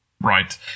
Right